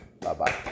Bye-bye